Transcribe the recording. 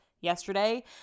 yesterday